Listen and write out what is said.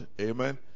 Amen